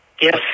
Yes